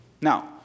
Now